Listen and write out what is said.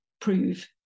prove